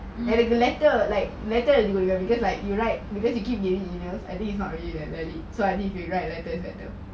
medical letter like later you will you will you give like you like because you keep game emails I think it's not really that so I didn't you write later you better